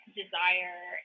desire